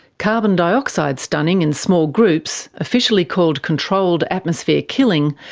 carbon dioxide stunning in small groups, officially called controlled atmosphere killing,